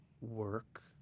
work